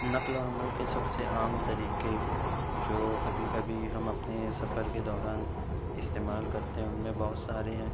نقل و حمل کے سب سے عام طریقے جو کبھی کبھی ہم اپنے سفر کے دوران استعمال کرتے ہیں ان میں بہت سارے ہیں